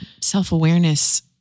self-awareness